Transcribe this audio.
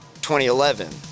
2011